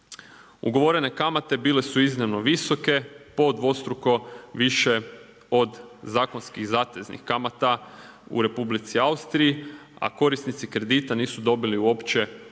Ugovorene kamate bile su iznimno visoke, po dvostruko više od zakonskih zateznih kamata, u Republici Austriji, a korisnici kredita nisu dobili uopće